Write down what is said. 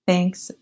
Thanks